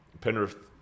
Penrith